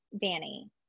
Danny